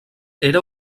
era